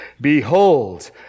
Behold